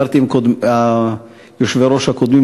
ודיברתי עם היושבים-ראש הקודמים,